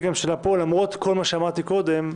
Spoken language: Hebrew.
למרות כל מה שאמרתי קודם,